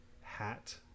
hat